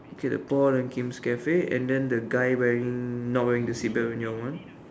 okay the Paul and Kim's cafe and then the guy wearing not wearing the seatbelt ya one